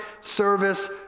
service